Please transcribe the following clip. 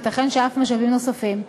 וייתכן שאף משאבים נוספים,